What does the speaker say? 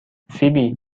فیبی